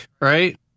right